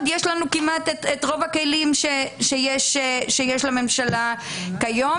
יש לנו כמעט את רוב הכלים שיש לממשלה כיום.